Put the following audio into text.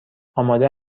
آماده